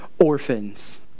Orphans